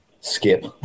skip